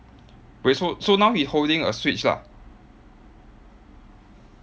wait so so now he holding a switch lah